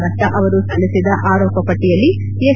ಮಟ್ಲ ಅವರು ಸಲ್ಲಿಸಿದ ಆರೋಪಪಟ್ಲಯಲ್ಲಿ ಎಸ್